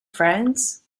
friends